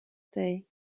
day